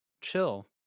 chill